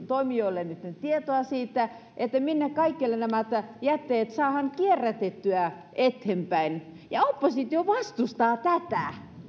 toimijoille nytten tietoa siitä minne kaikkialle nämä jätteet saadaan kierrätettyä eteenpäin ja oppositio vastustaa tätä